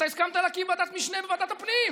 אתה הסכמת להקים ועדת משנה בוועדת הפנים.